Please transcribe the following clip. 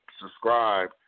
subscribe